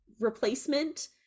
replacement